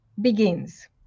begins